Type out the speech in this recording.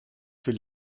will